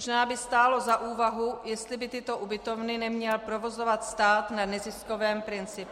Možná by stálo za úvahu, jestli by tyto ubytovny neměl provozovat stát na neziskovém principu.